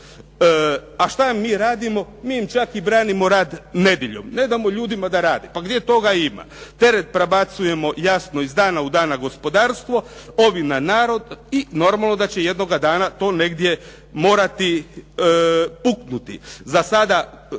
A šta mi radimo? Mi im čak i branimo rad nedjeljom. Ne damo ljudima da rade. Pa gdje toga ima? Teret prebacujemo iz dana u dan na gospodarstvo, ovi na narod i normalno da će jednoga dana to negdje morati puknuti. Za sada